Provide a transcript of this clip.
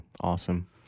Awesome